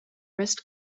wrist